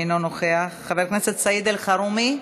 אינו נוכח, חבר הכנסת סעיד אלחרומי,